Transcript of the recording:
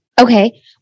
Okay